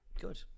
Good